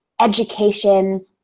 education